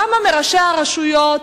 כמה מראשי הרשויות